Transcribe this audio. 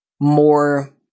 more